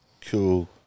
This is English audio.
cool